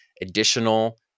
additional